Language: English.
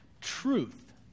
truth